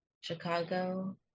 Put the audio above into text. Chicago